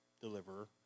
deliverer